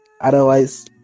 Otherwise